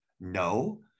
No